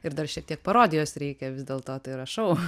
ir dar šiek tiek parodijos reikia vis dėl to tai yra šou